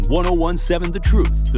1017thetruth